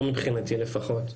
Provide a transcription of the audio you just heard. לא מבחינתי לפחות.